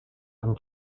and